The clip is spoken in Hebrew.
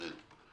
אין.